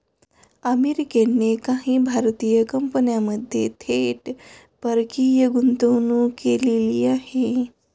अमेरिकेने काही भारतीय कंपन्यांमध्ये थेट परकीय गुंतवणूक केलेली आहे